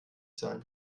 sein